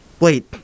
Wait